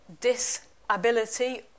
disability